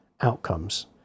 Outcomes